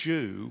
Jew